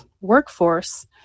workforce